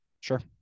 Sure